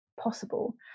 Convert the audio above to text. possible